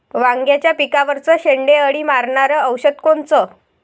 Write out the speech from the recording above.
वांग्याच्या पिकावरचं शेंडे अळी मारनारं औषध कोनचं?